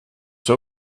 der